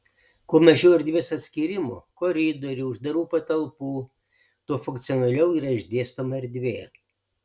kuo mažiau erdvės atskyrimų koridorių uždarų patalpų tuo funkcionaliau yra išdėstoma erdvė